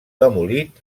demolit